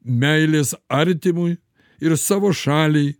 meilės artimui ir savo šaliai